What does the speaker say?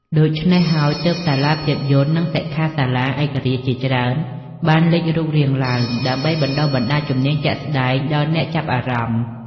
ដូច្នេះហើយទើប សាលាភាពយន្ត និងសិក្ខាសាលាឯករាជ្យជាច្រើនបានលេចរូបរាងឡើង ដើម្បីបណ្ដុះបណ្ដាលជំនាញជាក់ស្ដែងដល់អ្នកចាប់អារម្មណ៍។